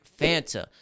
fanta